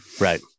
Right